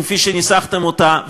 כפי שניסחתם אותה,